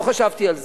לא חשבתי על זה.